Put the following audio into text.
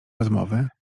rozmowy